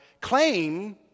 claim